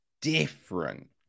different